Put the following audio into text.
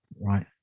right